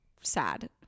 sad